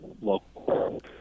local